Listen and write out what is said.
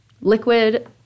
liquid